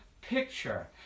picture